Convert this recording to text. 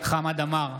חמד עמאר,